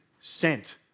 sent